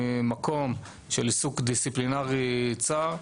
ממקום של עיסוק דיסציפלינרי צר,